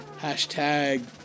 hashtag